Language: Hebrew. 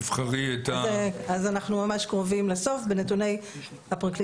תבחרי את ה אז אנחנו ממש קרובים לסוף בנתוני הפרקליטות